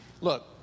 look